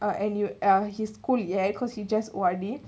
ah and you uh his school ya cause you just O_R_D